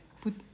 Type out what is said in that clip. put